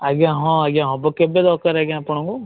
ଆଜ୍ଞା ହଁ ଆଜ୍ଞା ହେବ ଦରକାର ଆଜ୍ଞା ଆପଣଙ୍କୁ